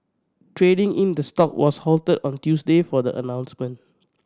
trading in the stock was halted on Tuesday for the announcements